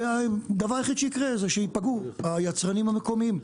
והדבר היחיד שיקרה זה שייפגעו היצרנים המקומיים.